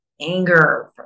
anger